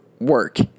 work